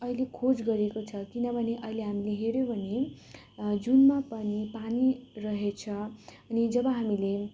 अहिले खोज गरिएको छ किनभने अहिले हामीले हेऱ्यौँ भने जुनमा पनि पानी रहेछ अनि जब हामीले